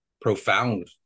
profound